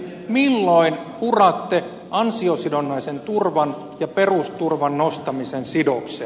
milloin puratte ansiosidonnaisen turvan ja perusturvan nostamisen sidoksen